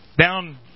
Down